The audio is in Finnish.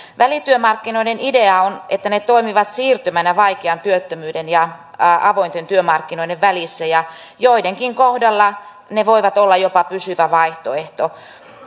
välityömarkkinoiden idea on että ne toimivat siirtymänä vaikean työttömyyden ja avointen työmarkkinoiden välissä ja joidenkin kohdalla ne voivat olla jopa pysyvä vaihtoehto